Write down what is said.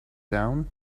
down